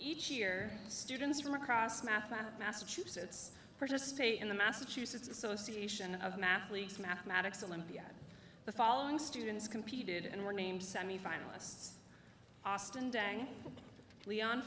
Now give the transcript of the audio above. each year students from across mathematics massachusetts participate in the massachusetts association of math leagues mathematics olympiad the following students competed and were named semifinalists austin dang leon